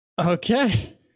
okay